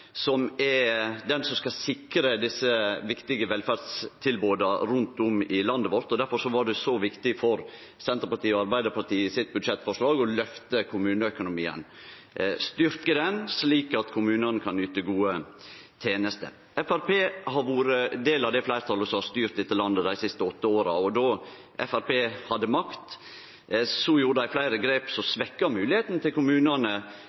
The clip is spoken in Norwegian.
er kommunane som skal sikre desse viktige velferdstilboda rundt om i landet vårt, og difor var det så viktig for Senterpartiet og Arbeidarpartiet i budsjettforslaget sitt å løfte kommuneøkonomien, styrkje han slik at kommunane kan yte gode tenester. Framstegspartiet har vore ein del av det fleirtalet som har styrt dette landet dei siste åtte åra, og då Framstegspartiet hadde makt, tok dei fleire grep som svekte moglegheitene til kommunane